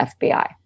FBI